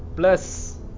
Plus